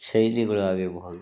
ಶೈಲಿಗಳು ಆಗಿರಬಹುದು